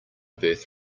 birth